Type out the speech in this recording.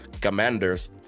Commanders